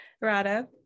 Rada